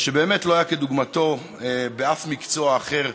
שבאמת לא היה כדוגמתו באף מקצוע אחר